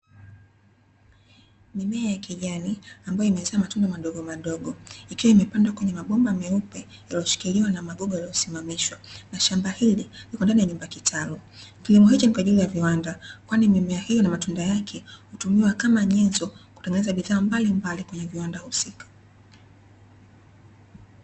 Mimea ya kijani ambayo imezaa matunda madogomadogo, ikiwa imepandwa kwenye mabomba meupe yaliyoshikiliwa na magogo yaliyo simamishwa, na shamba hili lipo ndani ya nyumba kitalu. Kilimo hichi ni kwa ajili ya viwanda kwani mimea hii na matunda yake hutumiwa kama nyenzo kuengeneza bidhaa mbalimbali kwenye viwanda husika.